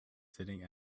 sitting